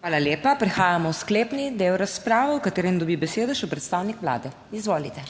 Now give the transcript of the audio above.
Hvala lepa. Prehajamo v sklepni del razprave v katerem dobi besedo še predstavnik Vlade. Izvolite.